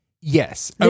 Yes